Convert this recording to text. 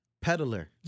peddler